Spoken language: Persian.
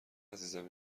عزیزم